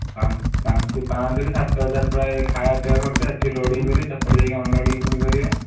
ପାଁ ପାଞ୍ଚ ପାଞ୍ଚରୁ ସାତ ହଜାର ପ୍ରାୟ ଖାଇବା ପିଇବା ଖର୍ଚ୍ଚ ଏଠି ଲୋଡ଼ିଂ କରିବେ ସେପଟେ ଯାଇକି ପୁଣି ଅନଲୋଡ଼ିଂ କରିବେ